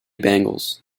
bengals